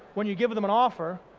when you give them an offer,